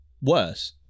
Worse